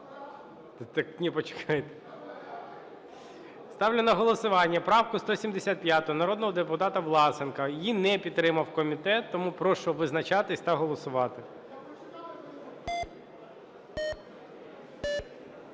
Почекайте. Ставлю на голосування правку 175 народного депутата Власенка. Її не підтримав комітет. Тому прошу визначатись та голосувати.